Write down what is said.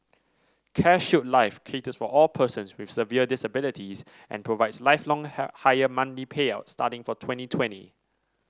CareShield Life caters for all persons with severe disabilities and provides lifelong higher monthly payouts starting from twenty twenty